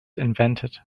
invented